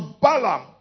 Balaam